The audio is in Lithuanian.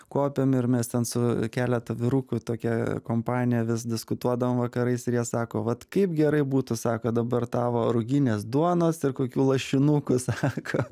kopėm ir mes ten su keleta vyrukų tokia kompanija vis diskutuodavom vakarais ir jie sako vat kaip gerai būtų sako dabar tavo ruginės duonos ir kokių lašinukų sako